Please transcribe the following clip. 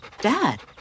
Dad